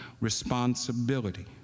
responsibility